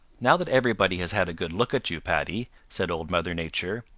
now that everybody has had a good look at you, paddy, said old mother nature,